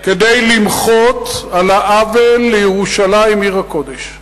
כדי למחות על העוול לירושלים עיר הקודש.